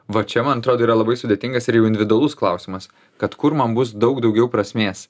va čia man atrodo yra labai sudėtingas ir jau individualus klausimas kad kur man bus daug daugiau prasmės